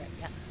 yes